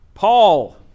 Paul